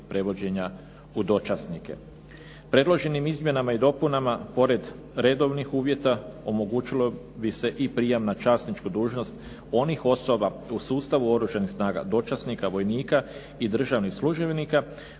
prevođenja u dočasnike. Predloženim izmjenama i dopunama pored redovnih uvjeta omogućilo bi se i prijam na časničku dužnost onih osoba u sustavu Oružanih snaga dočasnika, vojnika i državnih službenika